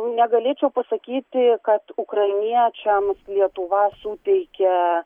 negalėčiau pasakyti kad ukrainiečiam lietuva suteikia